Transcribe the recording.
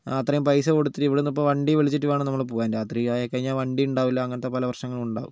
അത്രയും പൈസ കൊടുത്തിട്ട് ഇവിടെ നിന്ന് ഇപ്പോൾ വണ്ടി വിളിച്ചിട്ട് വേണം നമ്മൾ പോകുവാൻ രാത്രിയായിക്കഴിഞ്ഞാൽ വണ്ടി ഉണ്ടാവില്ല അങ്ങനത്തെ പല പ്രശ്നങ്ങളും ഉണ്ടാവും